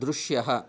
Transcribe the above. दृश्यः